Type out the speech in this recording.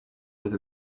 with